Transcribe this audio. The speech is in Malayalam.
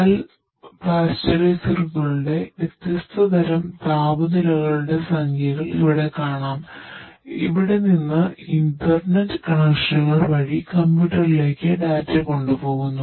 പാൽ പാസ്ചറൈസറുകളുടെ കൊണ്ടുപോകുന്നു